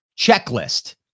checklist